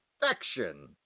perfection